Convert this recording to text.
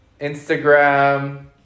Instagram